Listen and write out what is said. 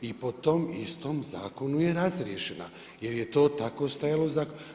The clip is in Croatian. I po tom istom zakonu je razriješena jer je to tako stajalo u zakonu.